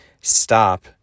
stop